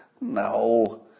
no